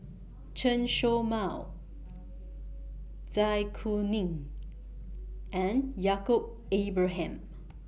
Chen Show Mao Zai Kuning and Yaacob Ibrahim